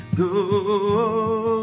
go